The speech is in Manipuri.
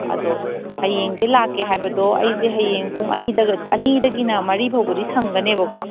ꯑꯗꯣ ꯍꯌꯦꯡꯁꯦ ꯂꯥꯛꯀꯦ ꯍꯥꯏꯕꯗꯣ ꯑꯩꯁꯦ ꯍꯌꯦꯡ ꯄꯨꯡ ꯑꯅꯤꯗꯒꯤꯅ ꯃꯔꯤ ꯐꯥꯎꯕꯗꯤ ꯁꯪꯒꯅꯦꯕꯀꯣ